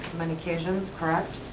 many occasions, correct?